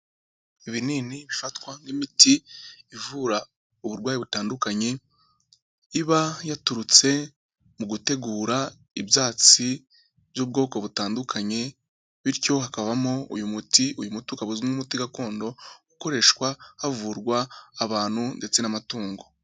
Ibinini bifatwa nk'imiti ivura uburwayi butandukanye, iba yaturutse mu gutegura ibyatsi by'ubwoko butandukanye bityo hakabamo uyu muti, uyu muti ukaba uzwi nk'umuti gakondo, ukoreshwa havurwa abantu ndetse n'amatungo.